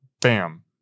bam